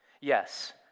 yes